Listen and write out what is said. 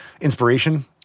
inspiration